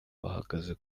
bahageze